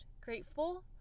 grateful